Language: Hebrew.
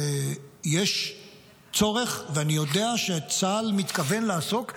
יש צורך, ואני יודע שצה"ל מתכוון לעסוק במיצוי,